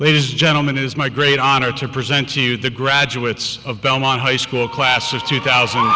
ladies gentlemen is my great honor to present to you the graduates of belmont high school class of two thousand